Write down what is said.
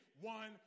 one